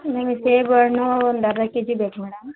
ನಮ್ಗೆ ಸೇಬು ಹಣ್ಣು ಒಂದು ಅರ್ಧ ಕೆಜಿ ಬೇಕು ಮೇಡಮ್